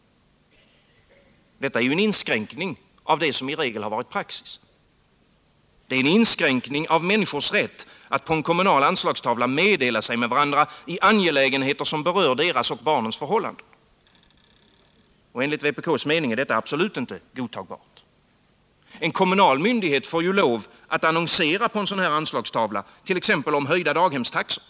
Detta är en inskränkning av vad som i regel har varit praxis och en inskränkning av människors rätt att på en kommunal anslagstavla meddela sig med varandra i angelägenheter som berör deras och barnens förhållanden. Enligt vpk:s mening är detta absolut inte godtagbart. En kommunal myndighet får annonsera på en kommunal anslagstavla t.ex. om höjda daghemstaxor.